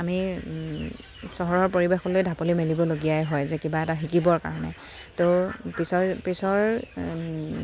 আমি চহৰৰ পৰিৱেশলৈ ঢাপলি মেলিবলগীয়াই হয় যে কিবা এটা শিকিবৰ কাৰণে ত' পিছৰ পিছৰ